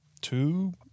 two